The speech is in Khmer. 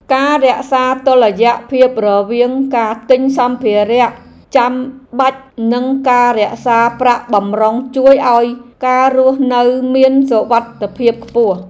ការរក្សាតុល្យភាពរវាងការទិញសម្ភារៈចាំបាច់និងការរក្សាប្រាក់បម្រុងជួយឱ្យការរស់នៅមានសុវត្ថិភាពខ្ពស់។